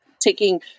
taking